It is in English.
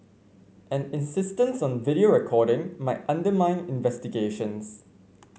an insistence on video recording might undermine investigations